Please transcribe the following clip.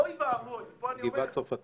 אוי ואבוי, פה אני אומר --- הגבעה הצרפתית.